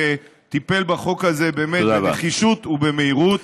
שטיפל בחוק הזה באמת בנחישות ובמהירות.